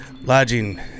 lodging